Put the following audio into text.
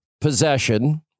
possession